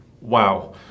Wow